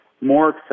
more